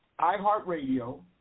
iHeartRadio